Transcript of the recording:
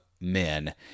men